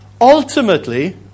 ultimately